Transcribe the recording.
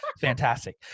fantastic